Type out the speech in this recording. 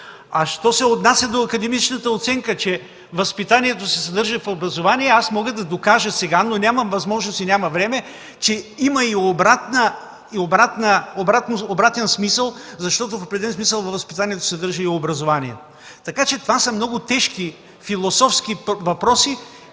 Що се отнася до академичната оценка, че „възпитание” се съдържа в „образование”, мога да докажа сега, но нямам възможност и време, че има и обратен смисъл, защото в определен смисъл във възпитанието се съдържа и образованието. Това са тежки философски въпроси.